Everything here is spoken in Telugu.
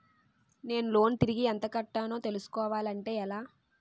నేను లోన్ తిరిగి ఎంత కట్టానో తెలుసుకోవాలి అంటే ఎలా?